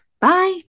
bye